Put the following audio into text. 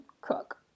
cook